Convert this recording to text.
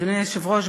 אדוני היושב-ראש,